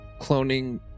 cloning